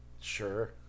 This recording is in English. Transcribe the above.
Sure